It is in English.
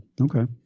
Okay